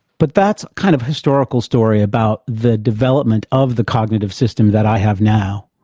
but that's a kind of historical story about the development of the cognitive system that i have now,